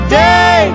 day